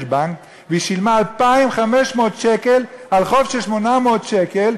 בנק והיא שילמה 2,500 שקל על חוב של 800 שקל,